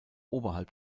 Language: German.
oberhalb